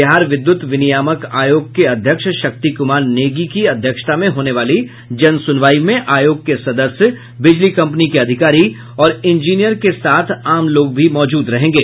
बिहार विद्युत विनियामक आयोग के अध्यक्ष शक्ति कुमार नेगी की अध्यक्षता में होने वाली जन सुनवाई में आयोग के सदस्य बिजली कंपनी के अधिकारी और इंजीनियर के साथ आम लोग भी मौजूद रहेंगे